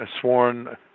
Sworn